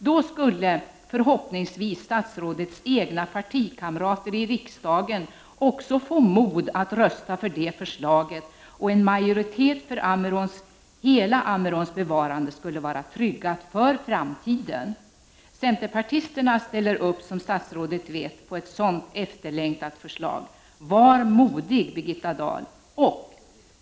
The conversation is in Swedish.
Då skulle förhoppningsvis statsrådets egna partikamrater i riksdagen också få mod att rösta för det förslaget och en majoritet för hela Ammeråns bevarande skulle vara tryggad. Centerpartisterna ställer, som statsrådet vet, upp på ett sådant efterlängtat förslag. Var modig, Birgitta Dahl!